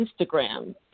Instagram